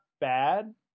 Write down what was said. bad